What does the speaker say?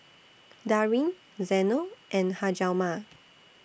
Darryn Zeno and Hjalmar